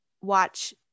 watch